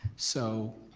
so